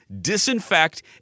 disinfect